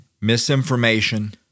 Misinformation